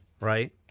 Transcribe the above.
Right